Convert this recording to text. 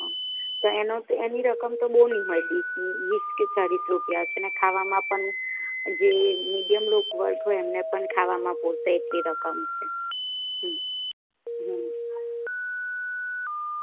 હ તો એનો તો એની રકમ તો બહુ નહીં હોય વીસ કે ચાલીસ રૂપિયા હશે ને ખાવામાં પણ જે મીડિયમ લોક વર્ગ હોય એમને પણ ખાવામાં પોસાય એટલી રકમ છે હ હ